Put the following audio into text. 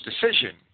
decision